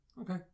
Okay